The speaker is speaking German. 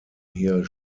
hier